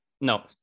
No